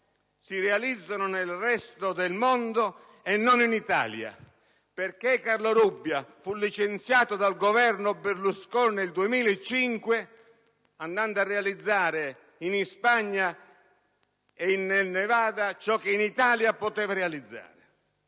si realizzano nel resto del mondo e non in Italia? Perché Carlo Rubbia fu licenziato dal Governo Berlusconi nel 2005, andando a realizzare in Spagna e in Nevada ciò che avrebbe potuto realizzare